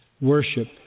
worship